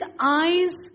eyes